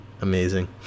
Amazing